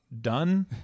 done